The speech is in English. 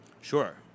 Sure